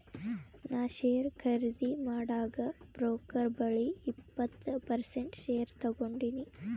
ನಾ ಶೇರ್ ಖರ್ದಿ ಮಾಡಾಗ್ ಬ್ರೋಕರ್ ಬಲ್ಲಿ ಇಪ್ಪತ್ ಪರ್ಸೆಂಟ್ ಶೇರ್ ತಗೊಂಡಿನಿ